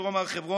דרום הר חברון,